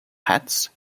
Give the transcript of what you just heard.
hats